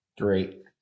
Great